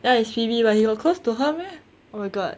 ya it's phoebe but he got close to her meh oh my god